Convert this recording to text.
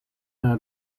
out